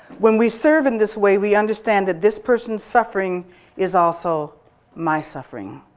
when we serve in this way, we understand that this person's suffering is also my suffering.